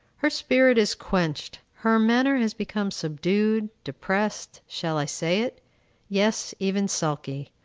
her spirit is quenched. her manner has become subdued, depressed shall i say it yes, even sulky.